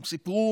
הם סיפרו